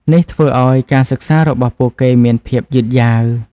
នេះធ្វើឲ្យការសិក្សារបស់ពួកគេមានភាពយឺតយ៉ាវ។